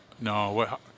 No